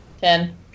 Ten